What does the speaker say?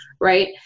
right